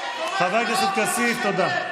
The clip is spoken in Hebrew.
חבר הכנסת כסיף, תודה.